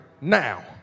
now